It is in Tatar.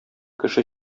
кеше